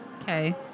Okay